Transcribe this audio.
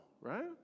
right